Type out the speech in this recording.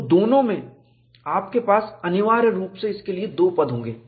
तो दोनों में आपके पास अनिवार्य रूप से इसके लिए 2 पद होंगे